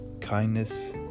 kindness